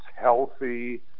healthy